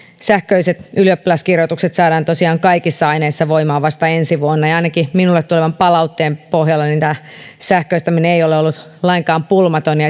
sähköiset ylioppilaskirjoitukset saadaan tosiaan kaikissa aineissa voimaan vasta ensi vuonna ja ainakaan minulle tulevan palautteen pohjalta tämä sähköistäminen ei ole ollut lainkaan pulmatonta ja